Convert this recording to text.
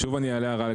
אדוני היושב-ראש,